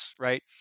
right